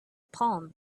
palm